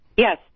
Yes